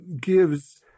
gives